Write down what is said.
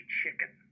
chicken